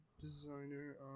designer